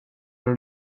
har